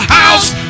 house